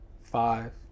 five